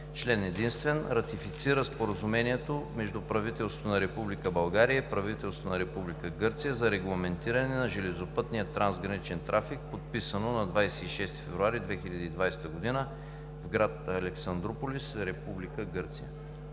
Законопроект за ратифициране на Споразумението между правителството на Република България и правителството на Република Гърция за регламентиране на железопътния трансграничен трафик, подписано на 26 февруари 2020 г. в град Александруполис, №